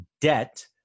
debt